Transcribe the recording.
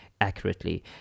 accurately